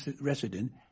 resident